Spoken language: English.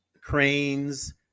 cranes